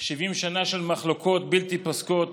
70 שנה של מחלוקות בלתי פוסקות